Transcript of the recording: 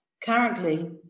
Currently